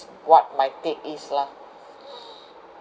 what my take is lah